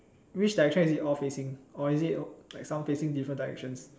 which direction is it all facing or is it like some facing different directions